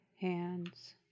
hands